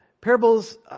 Parables